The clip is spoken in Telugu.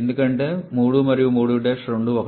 ఎందుకంటే 3 మరియు 3 రెండూ ఒకటే